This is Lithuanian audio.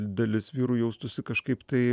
dalis vyrų jaustųsi kažkaip tai